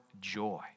joy